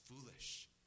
foolish